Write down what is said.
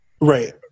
Right